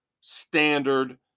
standard